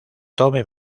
tome